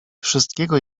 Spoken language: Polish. wszystkiego